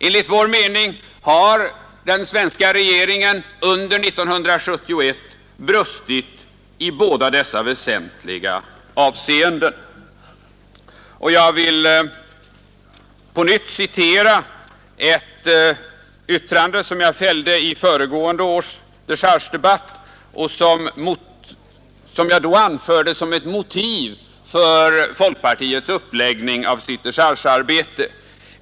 Enligt vår mening har den svenska regeringen under 1971 brustit i båda dessa väsentliga avseenden. Jag vill citera ett yttrande, som jag fällde vid föregående års dechargedebatt och som jag då anförde som ett motiv för folkpartiets uppläggning av sitt dechargearbete.